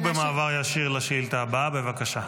ובמעבר ישיר לשאילתה הבאה, בבקשה.